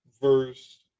verse